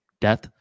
death